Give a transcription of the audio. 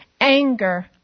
anger